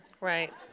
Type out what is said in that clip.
Right